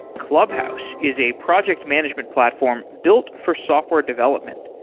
clubhouse is a project management platform built for software development.